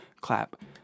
clap